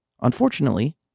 Unfortunately